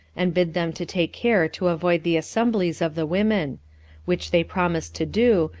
and bid them to take care to avoid the assemblies of the women which they promised to do,